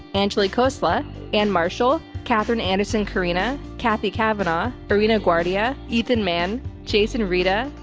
angelie khosla anne marshall, catherine anderson carina, kathy kavenaugh, irina guardia, ethan mann, jason rita,